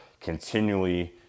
continually